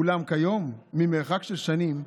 אולם כיום ממרחק של שנים,